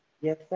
Yes